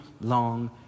long